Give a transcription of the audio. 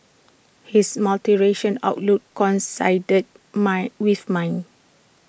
his multiracial outlook coincided mine with mine